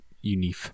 unique